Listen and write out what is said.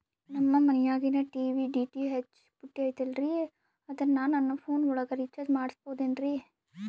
ನಮ್ಮ ಮನಿಯಾಗಿನ TV DTH ಪುಟ್ಟಿ ಐತಲ್ರೇ ಅದನ್ನ ನನ್ನ ಪೋನ್ ಒಳಗ ರೇಚಾರ್ಜ ಮಾಡಸಿಬಹುದೇನ್ರಿ?